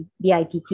BITT